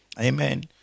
Amen